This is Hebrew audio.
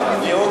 סוייד.